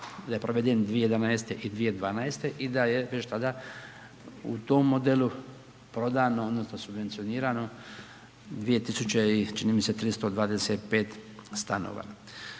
da je proveden 2011. i 2012. i da je još tada u tom modelu prodano odnosno subvencionirano 2 tisuće